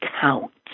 counts